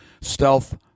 stealth